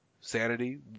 Sanity